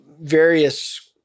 various